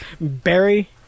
Barry